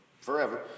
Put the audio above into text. forever